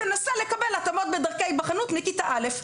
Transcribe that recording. תנסה לקבל התאמות בדרכי היבחנות מכיתה א'.